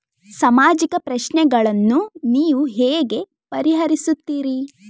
ಸಾಮಾಜಿಕ ಪ್ರಶ್ನೆಗಳನ್ನು ನೀವು ಹೇಗೆ ಪರಿಹರಿಸುತ್ತೀರಿ?